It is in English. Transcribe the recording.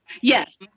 Yes